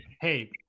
Hey